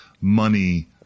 money